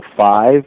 five